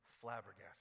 flabbergasted